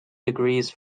degrees